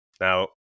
Now